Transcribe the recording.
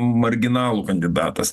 marginalų kandidatas